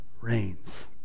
reigns